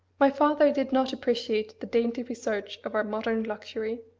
my father did not appreciate the dainty research of our modern luxury.